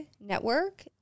Network